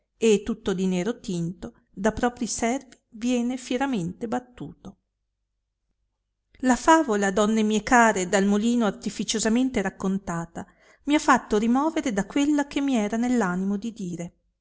e tutto di nero tinto da propi servi viene pieramente battuto la favola donne mie care dal molino arteficiosamente raccontata mi ha fatto rimovere da quella che mi era nell animo di dire